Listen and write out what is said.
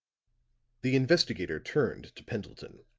the investigator turned to pendleton.